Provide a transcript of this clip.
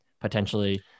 potentially